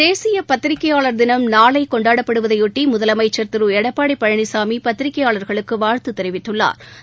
தேசிய பத்திரிகையாளர் தினம் நாளை கொண்டாடப்படுவதையொட்டி முதலமைச்சர் திரு எடப்பாடி பழனிசாமி பத்திரியாளா்களுக்கு வாழ்த்து தெரிவித்துள்ளாா்